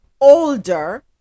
older